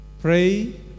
pray